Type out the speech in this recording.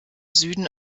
süden